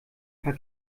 paar